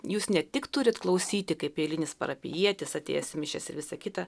jūs ne tik turit klausyti kaip eilinis parapijietis atėjęs į mišias ir visa kita